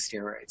steroids